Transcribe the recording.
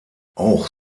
auch